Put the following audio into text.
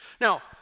Now